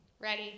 Ready